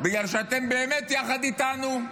בגלל שאתם באמת יחד איתנו.